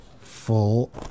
Full